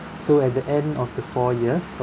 so at the end of the four years